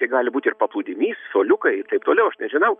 tai gali būt ir paplūdimys suoliukai ir taip toliau aš nežinau